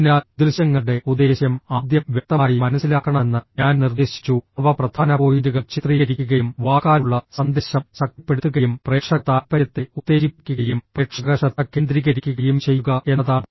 അതിനാൽ ദൃശ്യങ്ങളുടെ ഉദ്ദേശ്യം ആദ്യം വ്യക്തമായി മനസ്സിലാക്കണമെന്ന് ഞാൻ നിർദ്ദേശിച്ചു അവ പ്രധാന പോയിന്റുകൾ ചിത്രീകരിക്കുകയും വാക്കാലുള്ള സന്ദേശം ശക്തിപ്പെടുത്തുകയും പ്രേക്ഷക താൽപ്പര്യത്തെ ഉത്തേജിപ്പിക്കുകയും പ്രേക്ഷക ശ്രദ്ധ കേന്ദ്രീകരിക്കുകയും ചെയ്യുക എന്നതാണ്